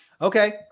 Okay